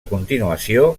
continuació